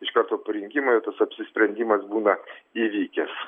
iš karto po rinkimų jau tas apsisprendimas būna įvykęs